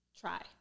try